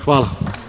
Hvala.